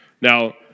Now